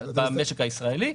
המשק הישראלי.